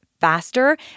faster